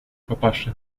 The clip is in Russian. папаша